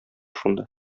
шунда